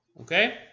Okay